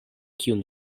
kiun